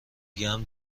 گرم